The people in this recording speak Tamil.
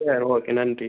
சரி ஓகே நன்றி